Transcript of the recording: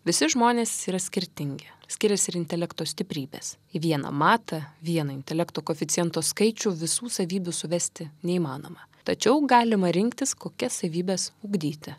visi žmonės yra skirtingi skiriasi ir intelekto stiprybės į vieną matą vieną intelekto koeficiento skaičių visų savybių suvesti neįmanoma tačiau galima rinktis kokias savybes ugdyti